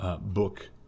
book